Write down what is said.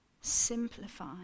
Simplify